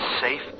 safe